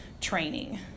training